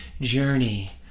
journey